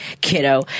kiddo